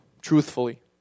truthfully